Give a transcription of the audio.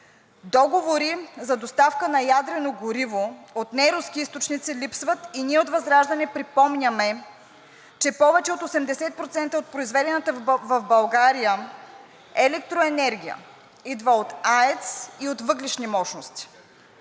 Договори за доставка на ядрено гориво от неруски източници липсват и ние от ВЪЗРАЖДАНЕ припомняме, че повече от 80% от произведената в България електроенергия идва от АЕЦ и от въглищни мощности.